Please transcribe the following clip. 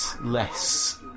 less